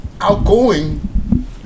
outgoing